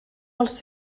els